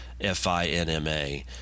FINMA